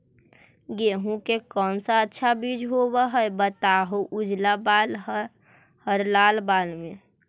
गेहूं के कौन सा अच्छा बीज होव है बताहू, उजला बाल हरलाल बाल में?